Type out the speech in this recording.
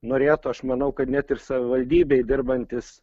norėtų aš manau kad net ir savivaldybėj dirbantys